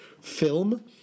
film